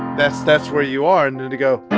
that's that's where you are and to go